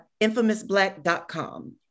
infamousblack.com